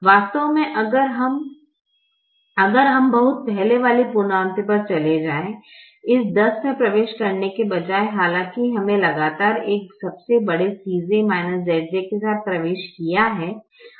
वास्तव में अगर हम अगर हम बहुत पहले वाली पुनरावृत्ति पर चले जाए इस 10 में प्रवेश करने के बजाय हालांकि हमारे लगातार एक सबसे बड़े Cj Zj के साथ में प्रवेश किया है